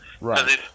right